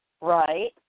Right